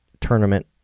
tournament